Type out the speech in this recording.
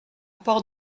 port